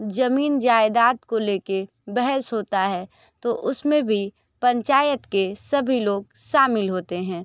जमीन जायदाद को लेके बहस होता है तो उसमें भी पंचायत के सभी लोग शामिल होते हैं